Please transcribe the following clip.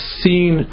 seen